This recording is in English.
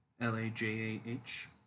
L-A-J-A-H